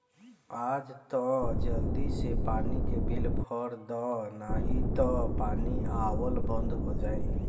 आज तअ जल्दी से पानी के बिल भर दअ नाही तअ पानी आवल बंद हो जाई